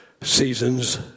seasons